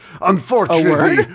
Unfortunately